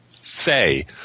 say